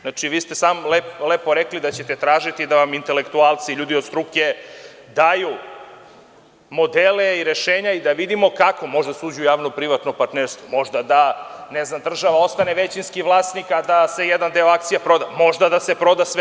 Znači, vi ste samo lepo rekli da ćete tražiti da vam intelektualci i ljudi od struke daju modele i rešenja i da vidimo kako može da se uđe u javno privatno partnerstvo, možda da, ne znam, država ostane većinski vlasnik, a da se jedan deo akcija proda, možda da se proda sve.